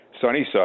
Sunnyside